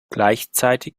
gleichzeitig